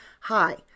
Hi